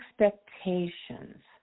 expectations